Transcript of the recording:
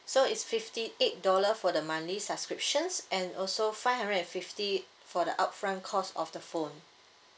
so is fifty eight dollar for the monthly subscriptions and also five hundred and fifty for the upfront cost of the phone